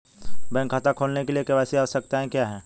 Bank खाता खोलने के लिए के.वाई.सी आवश्यकताएं क्या हैं?